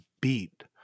beat